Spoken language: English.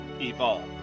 evolve